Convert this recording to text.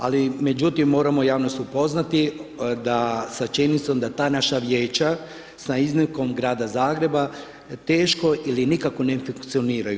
Ali međutim, moramo javnost upoznati da, sa činjenicom da ta naša vijeća sa iznimkom grada Zagreba teško ili nikako ne funkcioniraju.